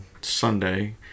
Sunday